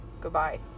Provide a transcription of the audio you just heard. goodbye